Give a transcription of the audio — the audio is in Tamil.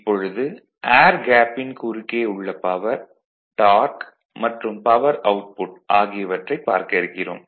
இப்பொழுது ஏர் கேப்பின் குறுக்கே உள்ள பவர் டார்க் மற்றும் பவர் அவுட்புட் ஆகியவற்றைப் பார்க்க இருக்கிறோம்